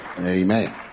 Amen